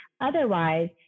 Otherwise